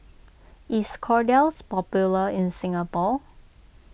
is Kordel's popular in Singapore